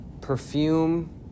perfume